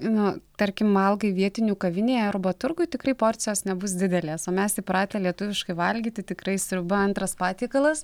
nu tarkim valgai vietinių kavinėje arba turguj tikrai porcijos nebus didelės o mes įpratę lietuviškai valgyti tikrai sriuba antras patiekalas